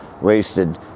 wasted